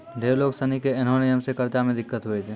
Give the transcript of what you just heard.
ढेरो लोग सनी के ऐन्हो नियम से कर्जा मे दिक्कत हुवै छै